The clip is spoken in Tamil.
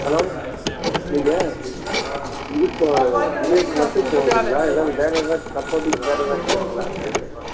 ஹலோ நீங்கள் இது இப்போ ஜிலேபி மட்டும் போதுங்களா எதாவது வேறு எதாவது சப்போர்ட்டிங்க்கு வேறு எதாச்சும் வேணுங்களான்னு கேட்டேன்மா